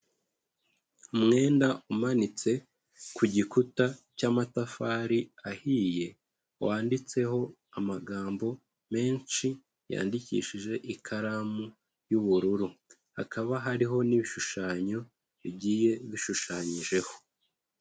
Umwenda umanitse, ku gikuta, cyamatafari, ahiye. Wanditseho amagambo menshi, yandikishije ikaramu y'ubururu. Hakaba hariho n'ibishushanyo, bigiye bishushanyijeho.